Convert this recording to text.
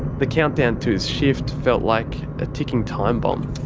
the countdown to his shift felt like a ticking time bomb.